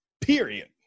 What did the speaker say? period